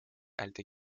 alte